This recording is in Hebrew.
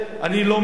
אני לא מבין.